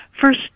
first